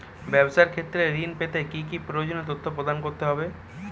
ব্যাবসা ক্ষেত্রে ঋণ পেতে কি কি প্রয়োজনীয় তথ্য প্রদান করতে হবে?